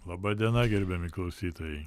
laba diena gerbiami klausytojai